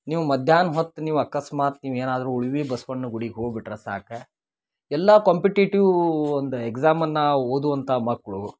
ನೀವು ಮಧ್ಯಾಹ್ನ ಹೊತ್ತು ನೀವು ಅಕಸ್ಮಾತ್ ನೀವು ಏನಾದರು ಉಳ್ವಿ ಬಸ್ವಣ್ಣ ಗುಡಿಗೆ ಹೋಗ್ಬಿಟ್ಟರೆ ಸಾಕು ಎಲ್ಲಾ ಕಾಂಪಿಟೇಟಿವೂ ಒಂದು ಎಗ್ಸಾಮನ್ನ ಓದುವಂಥ ಮಕ್ಕಳು